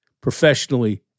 professionally